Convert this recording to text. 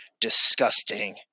disgusting